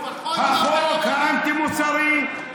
החוק האנטי-מוסרי,